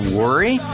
worry